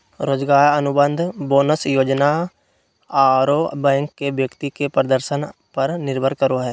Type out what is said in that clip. रोजगार अनुबंध, बोनस योजना आरो बैंक के व्यक्ति के प्रदर्शन पर निर्भर करो हइ